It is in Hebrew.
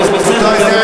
זה בסדר גמור.